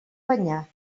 banyar